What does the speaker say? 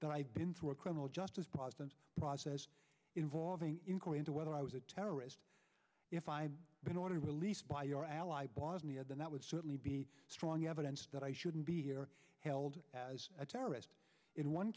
that i've been through a criminal justice process process involving inquiry into whether i was a terrorist if i had been ordered released by our ally bosnia then that would certainly be strong evidence that i shouldn't be here held as a terrorist in one